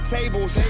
Tables